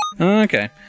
Okay